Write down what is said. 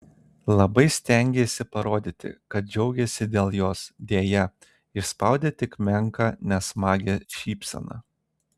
labai stengėsi parodyti kad džiaugiasi dėl jos deja išspaudė tik menką nesmagią šypseną